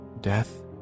death